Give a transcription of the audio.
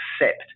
accept